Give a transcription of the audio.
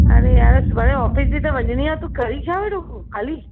अरे यार सुभाणे ऑफिस बि त वञिणी आं तूं करे छा वेठो काली